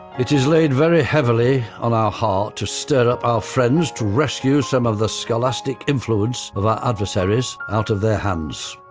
it is laid very heavily on our heart to stir up our friends to rescue some of the scholastic influence of our adversaries out of their hands.